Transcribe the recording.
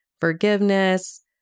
forgiveness